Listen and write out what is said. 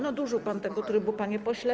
Nadużył pan tego trybu, panie pośle.